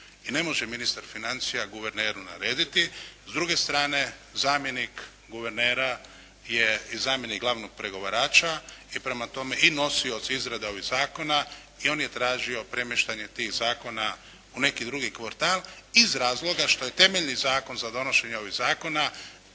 i ne može ministar financija guverneru narediti. S druge strane zamjenik guvernera je i zamjenik glavnog pregovarača i prema tome i nosioc izrade ovih zakona i on je tražio premještanje tih zakona u neki drugi kvartal iz razloga što je temeljni zakon za donošenje ovih zakona